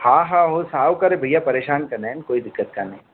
हा हा उहो साओ करे भइया परेशान कंदा आहिनि कोई दिक़त कोन्हे